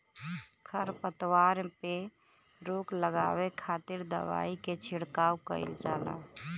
खरपतवार पे रोक लगावे खातिर दवाई के छिड़काव कईल जाला